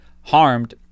harmed